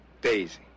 Daisy